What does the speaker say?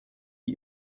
wie